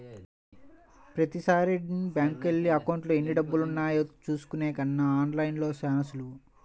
ప్రతీసారీ బ్యేంకుకెళ్ళి అకౌంట్లో ఎన్నిడబ్బులున్నాయో చూసుకునే కన్నా ఆన్ లైన్లో చానా సులువు